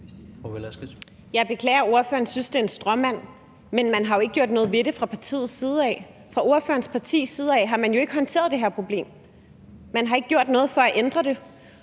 Jeg beklager, at ordføreren synes, det er en stråmand. Men man har jo ikke gjort noget ved det fra partiets side. Fra ordførerens partis side har man jo ikke håndteret det her problem. Man har ikke gjort noget for at ændre det.